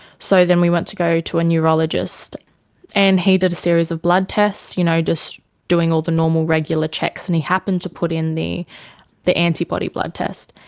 so then we went to go to a neurologist and he did a series of blood tests, you know, just doing all the normal regular checks, checks, and he happened to put in the the antibody blood test.